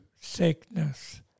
sickness